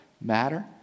matter